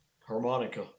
Harmonica